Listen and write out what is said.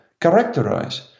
characterize